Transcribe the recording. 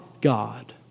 God